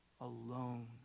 alone